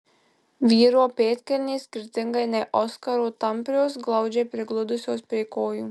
vyro pėdkelnės skirtingai nei oskaro tamprios glaudžiai prigludusios prie kojų